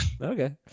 Okay